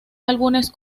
álbumes